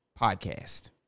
podcast